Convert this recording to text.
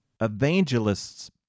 Evangelists